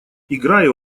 играй